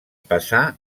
passà